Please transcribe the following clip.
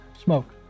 smoke